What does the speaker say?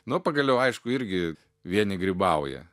nu pagaliau aišku irgi vieni grybauja